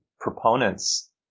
proponents